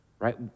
Right